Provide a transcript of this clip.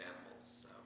animals